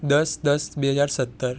દસ દસ બે હજાર સત્તર